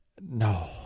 No